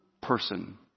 person